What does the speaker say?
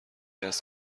است